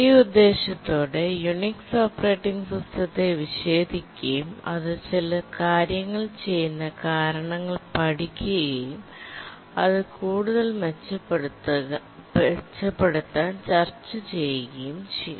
ഈ ഉദ്ദേശ്യത്തോടെ Unix operating സിസ്റ്റത്തെ വിച്ഛേദിക്കുകയും അത് ചില കാര്യങ്ങൾ ചെയ്യുന്ന കാരണങ്ങൾ പഠിക്കുകയും അത് കൂടുതൽ മെച്ചപ്പെടുത്താൻ ചർച്ച ചെയ്യുകയും ചെയ്യും